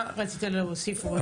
מה רצית להוסיף, רועי?